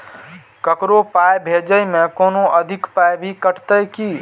ककरो पाय भेजै मे कोनो अधिक पाय भी कटतै की?